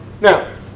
Now